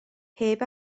heb